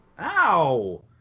Ow